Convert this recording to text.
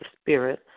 Spirit